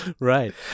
Right